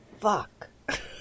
fuck